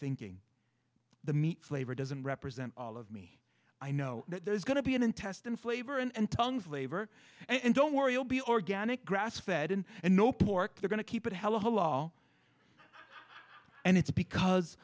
thinking the meat flavor doesn't represent all of me i know that there's going to be an intestine flavor and tongue flavor and don't worry i'll be organic grass fed and and no pork they're going to keep it hello all and it's because